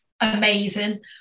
amazing